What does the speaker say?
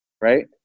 right